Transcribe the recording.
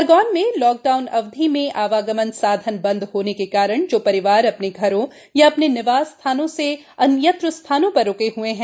खरगोन में lockdown अवधि में आवागमन साधन बन्द होने के कारण जो परिवार अपने घरों या अपने निवास स्थानों से अन्यत्र स्थानों पर रूके हए है